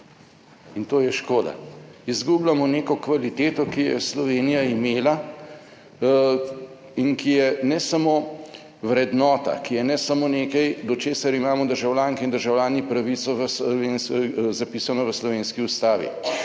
in to je škoda. Izgubljamo neko kvaliteto, ki jo je Slovenija imela, in ki je ne samo vrednota, ki je ne samo nekaj do česar imamo državljanke in državljani pravico zapisano v slovenski Ustavi,